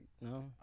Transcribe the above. No